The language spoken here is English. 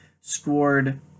scored